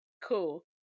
Cool